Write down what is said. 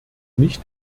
nicht